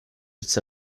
its